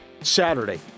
Saturday